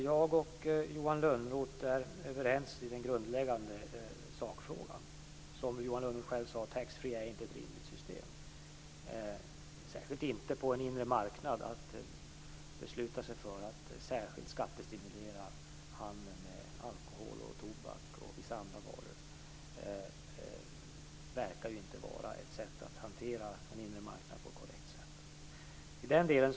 Fru talman! Johan Lönnroth och jag är överens i den grundläggande sakfrågan. Taxfree är inte ett rimligt system. Det är inte särskilt korrekt att på en inre marknad skattestimulera handel med alkohol, tobak och vissa andra varor. Vi är överens i sak i den delen.